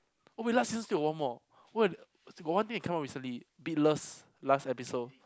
oh wait last season still got one more what got one thing that come out recently Beatless last episode